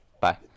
Bye